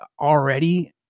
already